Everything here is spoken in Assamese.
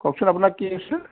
কওকচোন আপোনাৰ কি আছিলে